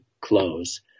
close